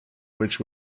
which